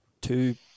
two